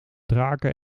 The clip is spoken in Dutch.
draken